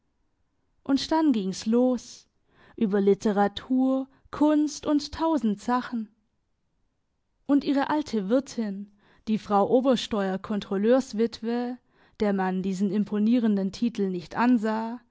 und dann ging's los über literatur kunst und tausend sachen und ihre alte wirtin die frau obersteuerkontrolleurswitwe der man diesen imponierenden titel nicht ansah